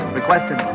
requested